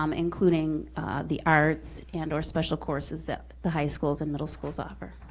um including the arts and or special courses that the high schools and middle schools offer.